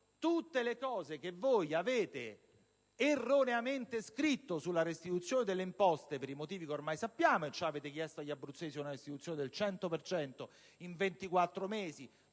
tutte le cose che voi avete erroneamente scritto in merito alla restituzione delle imposte, per i motivi che ormai sappiamo. Avete chiesto agli abruzzesi una restituzione del 100 per cento